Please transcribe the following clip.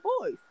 boys